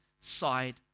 side